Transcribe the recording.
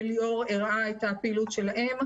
וליאור הראה את הפעילות שלהם,